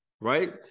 right